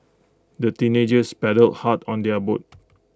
the teenagers paddled hard on their boat